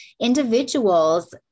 individuals